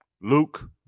Luke